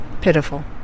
pitiful